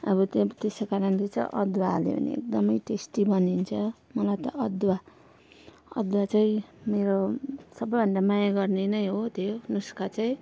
अब त्यो त्यसै कारणले चाहिँ अदुवा हाल्यो भने एकदमै टेस्टी बनिन्छ मलाई त अदुवा अदुवा चाहिँ मेरो सबैभन्दा माया गर्ने नै हो त्यो नुस्का चाहिँ